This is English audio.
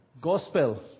Gospel